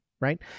Right